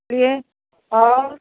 लिए और